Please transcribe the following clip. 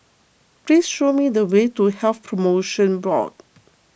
please show me the way to Health Promotion Board